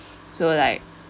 so like